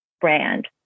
brand